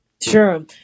Sure